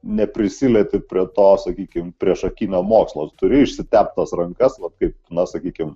neprisilieti prie to sakykim priešakinio mokslo turi išsitept rankas va kaip na sakykim